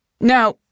Now